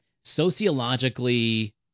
sociologically